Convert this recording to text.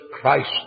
Christ